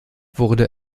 wurde